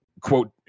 quote